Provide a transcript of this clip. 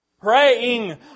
Praying